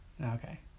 Okay